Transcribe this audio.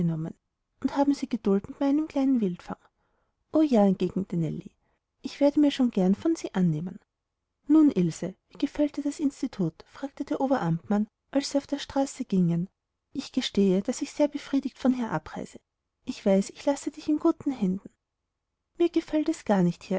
und haben sie geduld mit meinem kleinen wildfang o ja entgegnete nellie ich werde mir schon gern von sie annehmen nun ilse wie gefällt dir das institut fragte der oberamtmann als sie auf der straße gingen ich gestehe daß ich sehr befriedigt von hier abreise ich weiß ich lasse dich in guten händen mir gefällt es gar nicht